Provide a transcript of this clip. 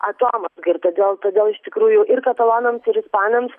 atomazga ir todėl todėl iš tikrųjų ir katalonams ir ispanams